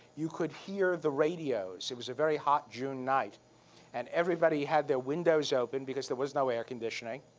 you could hear the radios. it was a very hot june night and everybody had their windows open because there was no air conditioning.